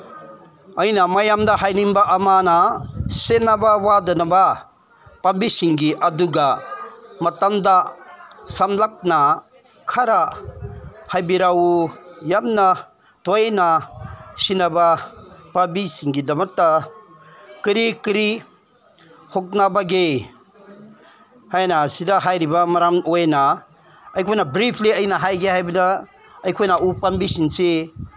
ꯑꯩꯅ ꯃꯌꯥꯝꯗ ꯍꯥꯏꯅꯤꯡꯕ ꯑꯃꯅ ꯁꯦꯟꯅꯕ ꯋꯥꯗꯅꯕ ꯄꯥꯝꯕꯤꯁꯤꯡꯒꯤ ꯑꯗꯨꯒ ꯃꯇꯥꯡꯗ ꯁꯝꯂꯞꯅ ꯈꯔ ꯍꯥꯏꯕꯤꯔꯛꯎ ꯌꯥꯝꯅ ꯇꯣꯏꯅ ꯁꯦꯟꯅꯕ ꯄꯥꯝꯕꯤꯁꯤꯡꯒꯤꯗꯃꯛꯇ ꯀꯔꯤ ꯀꯔꯤ ꯍꯣꯠꯅꯕꯒꯦ ꯍꯥꯏꯅ ꯁꯤꯗ ꯍꯥꯏꯔꯤꯕ ꯃꯔꯝ ꯑꯣꯏꯅ ꯑꯩꯈꯣꯏꯅ ꯕ꯭ꯔꯤꯐꯂꯤ ꯑꯩꯅ ꯍꯥꯏꯒꯦ ꯍꯥꯏꯕꯗ ꯑꯩꯈꯣꯏꯅ ꯎ ꯄꯥꯝꯕꯤꯁꯤꯡꯁꯤ